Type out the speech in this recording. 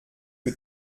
que